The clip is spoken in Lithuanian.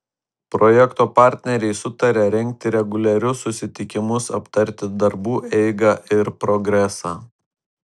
projekto partneriai sutarė rengti reguliarius susitikimus aptarti darbų eigą ir progresą